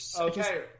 Okay